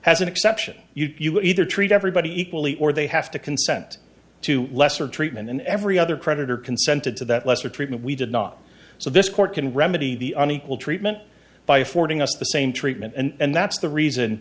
has an exception you can either treat everybody equally or they have to consent to lesser treatment and every other creditor consented to that lesser treatment we did not so this court can remedy the unequal treatment by affording us the same treatment and that's the reason